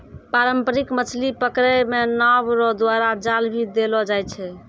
पारंपरिक मछली पकड़ै मे नांव रो द्वारा जाल भी देलो जाय छै